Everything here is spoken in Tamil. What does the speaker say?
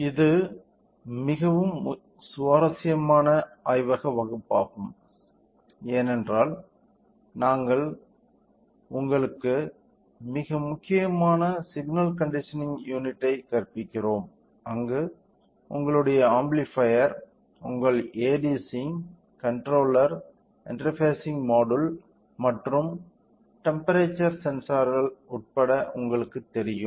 இது மிகவும் சுவாரஸ்யமான ஆய்வக வகுப்பாகும் ஏனென்றால் நாங்கள் உங்களுக்கு மிக முக்கியமான சிக்னல் கண்டிஷனிங் யூனிட்டை கற்பிக்கிறோம் அங்கு உங்களுடைய ஆம்பிளிஃபையர் உங்கள் ADC கண்ட்ரோலர் இன்டெர்பாஸிங் மாடுல் மற்றும் டெம்ப்பெரேச்சர் சென்சார்கள் உட்பட உங்களுக்குத் தெரியும்